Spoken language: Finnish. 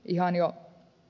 ihania